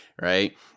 right